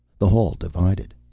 the hall divided.